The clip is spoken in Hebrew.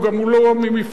והוא גם לא בא ממפלגה,